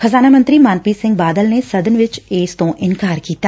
ਖਜ਼ਾਨਾ ਮੰਤਰੀ ਮਨਪ੍ੀਤ ਸਿੰਘ ਬਾਦਲ ਨੇ ਸਦਨ ਵਿਚ ਇਸ ਤੋਂ ਇਨਕਾਰ ਕੀਤਾ